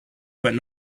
but